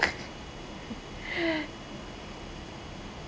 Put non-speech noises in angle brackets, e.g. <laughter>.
<breath>